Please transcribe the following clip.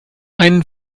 einen